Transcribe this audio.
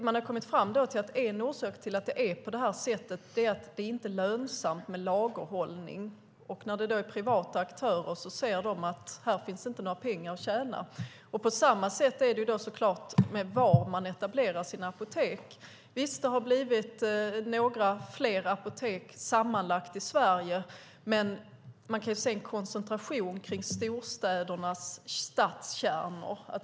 Man har kommit fram till att en orsak till att det är på det här sättet är att det inte är lönsamt med lagerhållning. När det är privata aktörer ser de att det här inte finns några pengar att tjäna. På samma sätt är det med var de etablerar sina apotek. Det har blivit några flera apotek sammanlagt i Sverige. Men man kan se en koncentration kring storstädernas stadskärnor.